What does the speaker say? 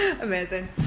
amazing